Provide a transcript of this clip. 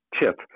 tip